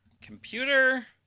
computer